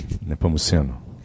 Nepomuceno